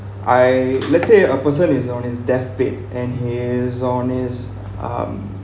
I let's say a person is on his death bed and he is on his um